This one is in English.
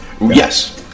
yes